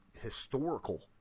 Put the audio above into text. historical